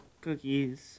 cookies